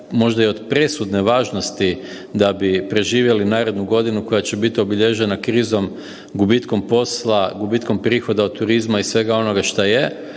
možda i od presudne važnosti da bi preživjeli narednu godinu koja će biti obilježena krizom, gubitkom posla, gubitkom prihoda od turizma i svega ona šta je,